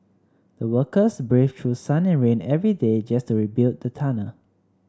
the workers braved through sun and rain every day just to build the tunnel